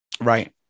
Right